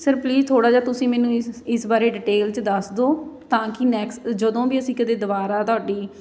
sir please ਥੋੜ੍ਹਾ ਜਿਹਾ ਤੁਸੀਂ ਮੈਨੂੰ ਇਸ ਇਸ ਬਾਰੇ ਡਿਟੇਲ 'ਚ ਦੱਸ ਦਿਉ ਤਾਂ ਕਿ ਨੈਕਸਟ ਜਦੋਂ ਵੀ ਅਸੀਂ ਕਦੇ ਦੁਬਾਰਾ ਤੁਹਾਡੀ